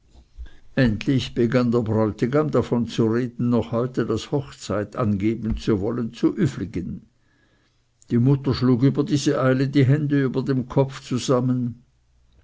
endlich begann der bräutigam davon zu reden noch heute das hochzeit angeben zu wollen zu üfligen die mutter schlug über diese eile die hände über dem kopf zusammen